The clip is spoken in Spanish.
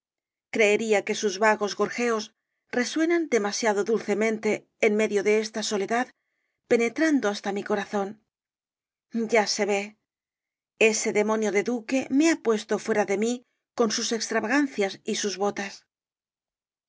creería que sus vagos gorjeos resuenan demasiado dulcemente en medio de esta soledad penetrando hasta mi corazón ya se ve ese demonio de duque me ha puesto fuera de mí con sus extravagancias y sus botas